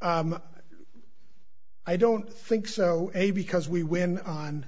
and i don't think so a because we win on